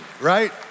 right